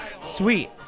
sweet